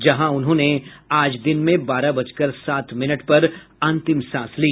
जहां उन्होंने आज दिन में बारह बजकर सात मिनट पर अंतिम सांस ली